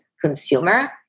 consumer